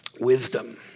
Wisdom